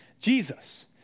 Jesus